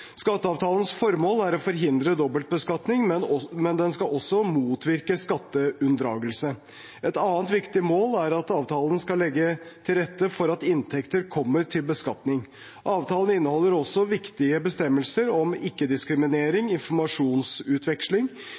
Skatteavtalens formål er å forhindre dobbeltbeskatning, men den skal også motvirke skatteunndragelse. Et annet viktig mål er at avtalen skal legge til rette for at inntekter kommer til beskatning. Avtalen inneholder også viktige bestemmelser om ikke-diskriminering, informasjonsutveksling,